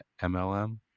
MLM